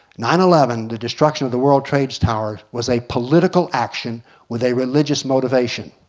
nine eleven, the destruction of the world trade towers, was a political action with a religious motivation.